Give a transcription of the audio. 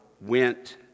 went